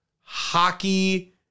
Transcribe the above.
hockey